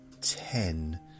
ten